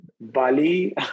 Bali